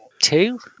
two